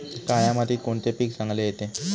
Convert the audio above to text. काळ्या मातीत कोणते पीक चांगले येते?